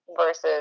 versus